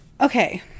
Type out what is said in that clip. Okay